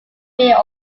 fear